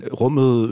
rummet